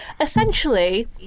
essentially